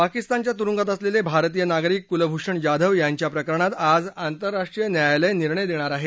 पाकिस्तानच्या तुरुंगात असलेले भारतीय नागरिक कुलभूषण जाधव यांच्या प्रकरणात आज आंतरराष्ट्रीय न्यायालय निर्णय देणार आहे